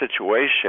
situation